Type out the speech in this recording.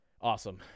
awesome